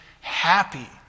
happy